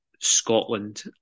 Scotland